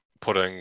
putting